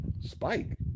Spike